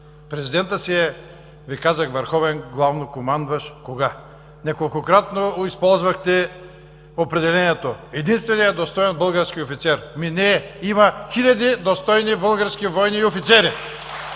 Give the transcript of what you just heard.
Президентът си е, казах Ви, кога върховен главнокомандващ. Неколкократно използвахте определението: единственият достоен български офицер! Не е. Има хиляди достойни български воини и офицери!